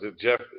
Jeff